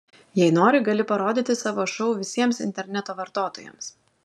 jei nori gali parodyti savo šou visiems interneto vartotojams